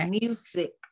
music